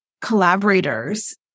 collaborators